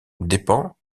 dépend